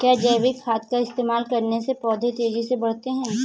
क्या जैविक खाद का इस्तेमाल करने से पौधे तेजी से बढ़ते हैं?